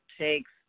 takes